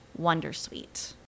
wondersuite